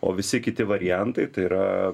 o visi kiti variantai tai yra